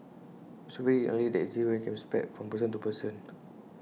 IT is also very unlikely that this infection can be spread from person to person